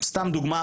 לדוגמה,